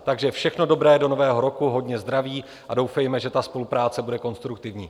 Takže všechno dobré do nového roku, hodně zdraví a doufejme, že ta spolupráce bude konstruktivní.